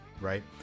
Right